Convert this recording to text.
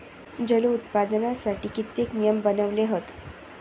जलोत्पादनासाठी कित्येक नियम बनवले हत